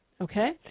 Okay